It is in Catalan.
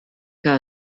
que